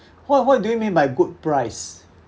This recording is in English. what what do you mean by good price